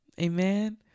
amen